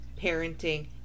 parenting